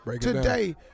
today